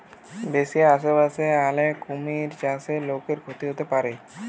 বেশি আশেপাশে আলে কুমির চাষে লোকর ক্ষতি হতে পারে